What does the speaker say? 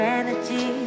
energy